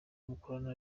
mukorana